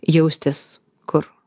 jaustis kur